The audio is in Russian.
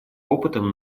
опытом